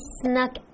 snuck